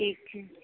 ठीक छै